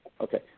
Okay